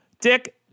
Dick